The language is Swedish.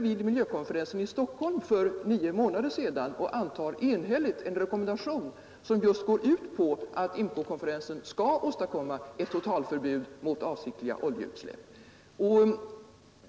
Vid miljökonferensen i Stockholm för nio månader sedan antog de där representerade regeringarna enhälligt en rekommendation som just går ut på att IMCO-konferensen skall åstadkomma ett totalförbud mot avsiktliga oljeutsläpp.